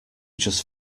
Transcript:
just